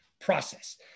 Process